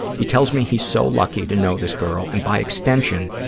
he tells me he's so lucky to know this girl and, by extension,